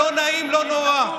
לא נעים, לא נורא.